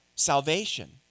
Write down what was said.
salvation